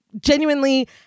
genuinely